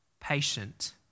patient